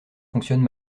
fonctionne